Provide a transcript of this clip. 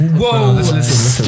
whoa